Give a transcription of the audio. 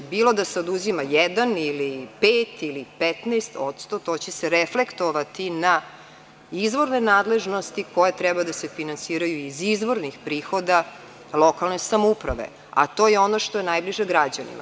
Bilo da se oduzima jedan ili pet, ili 15% to će se reflektovati na izvorne nadležnosti koje treba da se finansiraju iz izvornih prihoda lokalne samouprave, a to je ono što je najbliže građanima.